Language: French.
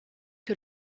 que